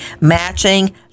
matching